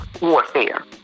warfare